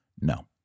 No